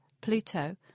Pluto